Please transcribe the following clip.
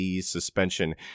suspension